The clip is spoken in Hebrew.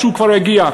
משהו כבר יגיע,